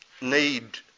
need